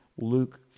Luke